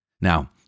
Now